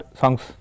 songs